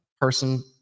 person